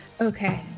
Okay